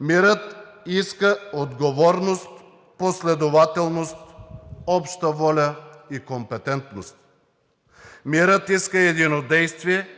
Мирът иска отговорност, последователност, обща воля и компетентност. Мирът иска единодействие